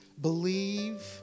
believe